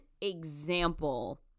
example